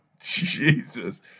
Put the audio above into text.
Jesus